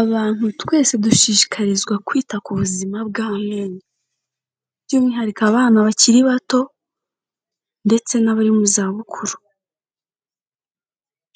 Abantu twese dushishikarizwa kwita ku buzima bw'amenyo, by'umwihariko abana bakiri bato ndetse n'abari mu zabukuru,